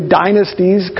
dynasties